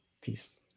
Peace